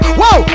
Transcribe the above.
whoa